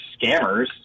scammers